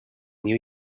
new